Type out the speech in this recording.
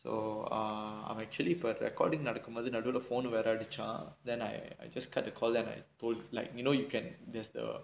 so err I'm actually per recording நடக்கும்மோது நடுவுல:nadakkumothu naduvula phone வேற அடிச்சான்:vera adichaan then I I just cut the call then like to like you know you can adjust the